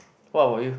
what about you